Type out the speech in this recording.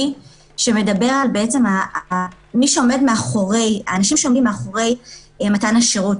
שמדבר על האנשים שעומדים מאחורי מתן השירות,